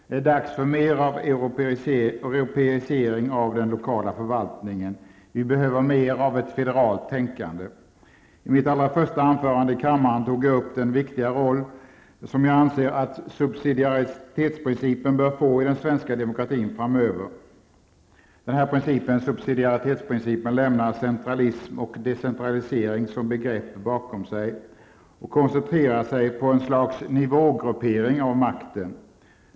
Det är dags för mer av europeisering av den lokala förvaltingen. Vi behöver mer av ett federalt tänkande. I mitt allra första anförande i kammaren tog jag upp den viktiga roll som jag anser att subsidiaritetsprincipen bör få i den svenska demokratin framöver. Subsidiaritetsprincipen lämnar centralism och decentralisering som begrepp bakom sig och koncentrerar sig på en slags nivågruppering av makten.